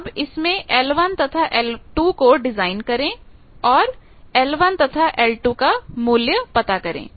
अब इसमें l1 तथा l2 को डिजाइन करें और l1 तथा l2 का मूल्य पता करें